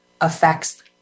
affects